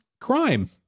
crime